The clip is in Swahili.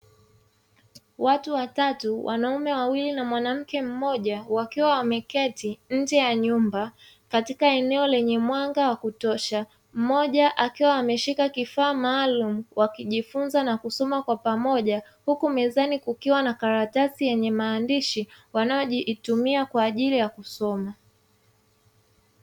Watu watatu wanaume wawili na mwanamke mmoja wakiwa wameketi nje ya nyumba katika eneo lenye mwanga wa kutosha, mmoja akiwa ameshika kifaa maalum wakijifunza na kusoma kwa pamoja, huku mezani kukiwa na karatasi yenye maandishi wanayoitumia kwa ajili ya kusoma.